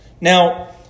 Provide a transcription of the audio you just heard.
Now